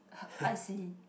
I see